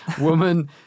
Woman